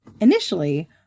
initially